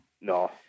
no